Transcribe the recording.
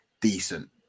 decent